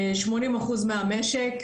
80% מהמשק.